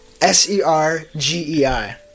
S-E-R-G-E-I